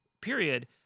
period